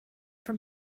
from